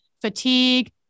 fatigue